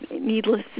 needless